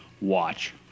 Watch